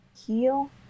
heel